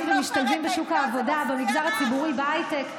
ומשתלבים בשוק העבודה במגזר הציבורי ובהייטק,